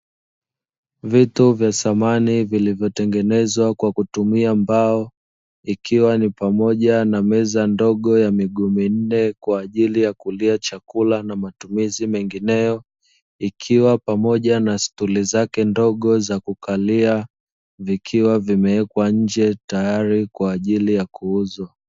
Vitu vya samani vilivyotengenezwa kwa kutumia mbao, ikiwa ni pamoja na meza ndogo ya miguu minne, kwa ajili ya kulia chakula na matumizi mengineyo, ikiwa pamoja na stuli zake ndogo za kukalia, vikiwa vimewekwa nje tayari kwa ajili ya kuuzwa.